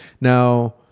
now